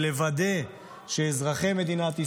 ולוודא שאזרחי מדינת ישראל,